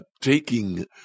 taking